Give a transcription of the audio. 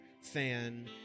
fan